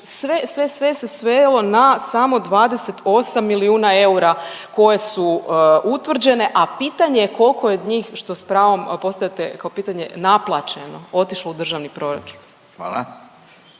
sve se svelo na samo 28 milijuna eura koje su utvrđene, a pitanje je koliko je njih što s pravom postavljate kao pitanje naplaćeno, otišlo u državni proračun.